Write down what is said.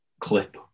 clip